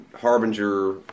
Harbinger